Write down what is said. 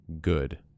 good